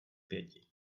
pěti